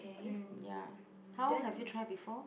mm ya how have you tried before